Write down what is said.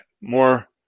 more